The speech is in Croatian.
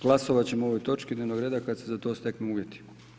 Glasovat ćemo o ovoj točki dnevnog reda kad se za to steknu uvjeti.